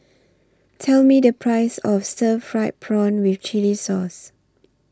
Tell Me The Price of Stir Fried Prawn with Chili Sauce